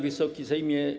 Wysoki Sejmie!